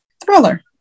Thriller